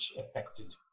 affected